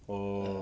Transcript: oh